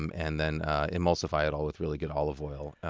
um and then emulsify it all with really good olive oil.